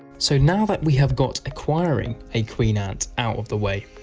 so now that we have got acquiring a queen ant out of the way,